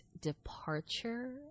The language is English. departure